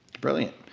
Brilliant